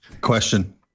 Question